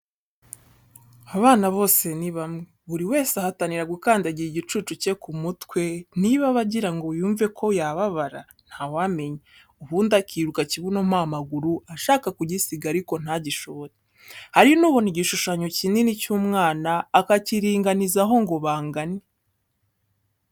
Abana bose ni bamwe, buri wese ahatanira gukandagira igicucu cye ku mutwe, niba aba agirango yumve ko yababara, ntawamenya; ubundi akiruka kibuno mpa amaguru ashaka kugisiga ariko ntagishobore. Hari n'ubona igishushanyo kinini cy'umwana, akacyiringanizaho ngo bangane.